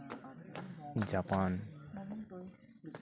Japan